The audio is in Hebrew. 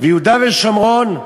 ויהודה ושומרון,